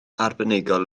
arbenigol